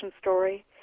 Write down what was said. story